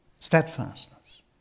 Steadfastness